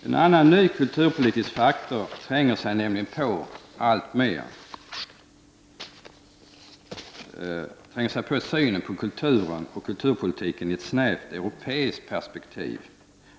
En annan ny kulturpolitisk faktor som tränger sig på alltmer är nämligen synen på kulturen och kulturpolitiken i ett snävt europeiskt perspektiv.